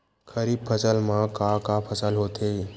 खरीफ फसल मा का का फसल होथे?